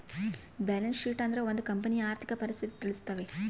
balance sheet ಅಂದ್ರೆ ಒಂದ್ ಕಂಪನಿಯ ಆರ್ಥಿಕ ಪರಿಸ್ಥಿತಿ ತಿಳಿಸ್ತವೆ